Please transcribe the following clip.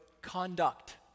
conduct